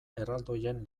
erraldoien